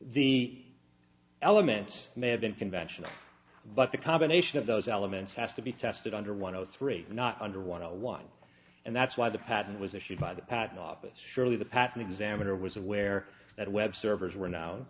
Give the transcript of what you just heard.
the elements may have been conventional but the combination of those elements has to be tested under one of three not under want to one and that's why the patent was issued by the patent office surely the patent examiner was aware that web servers were now